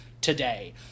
today